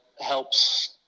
helps